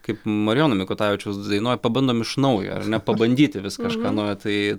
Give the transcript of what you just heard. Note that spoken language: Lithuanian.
kaip marijono mikutavičiaus dainoj pabandom iš naujo ar ne pabandyti vis kažką naujo tai